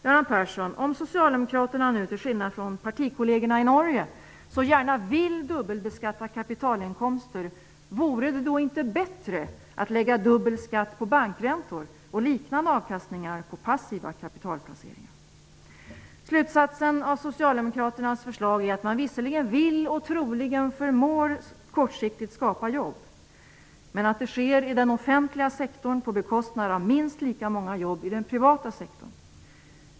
Göran Persson, om Socialdemokraterna nu, till skillnad från partikollegerna i Norge, så gärna vill dubbelbeskatta kapitalinkomster, vore det då inte bättre att lägga dubbel skatt på bankräntor och liknande avkastningar på passiva kapitalplaceringar? Slutsatsen av Socialdemokraternas förslag är att man visserligen vill och troligen förmår att kortsiktigt skapa jobb, men att det sker i den offentliga sektorn på bekostnad av minst lika många jobb i den privata sektorn.